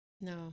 No